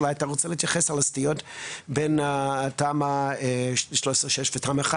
אתה אולי רוצה להתייחס על הסטיות בין תמ"א 6/13 ותמ"א 1,